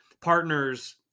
partners